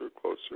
closer